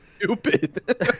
stupid